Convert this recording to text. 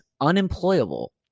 unemployable